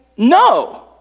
No